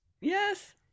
yes